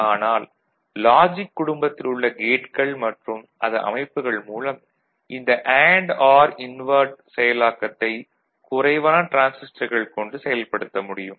ஆனால் லாஜிக் குடும்பத்தில் உள்ள கேட்கள் மற்றும் அதன் அமைப்புகள் மூலம் இந்த அண்டு ஆர் இன்வெர்ட் செயலாக்கத்தை குறைவான டிரான்சிஸ்டர்கள் கொண்டு செயல்படுத்த முடியும்